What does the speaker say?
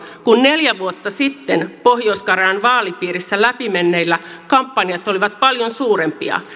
kun neljä vuotta sitten pohjois karjalan vaalipiirissä läpi menneillä kampanjat olivat paljon suurempia